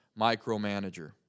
micromanager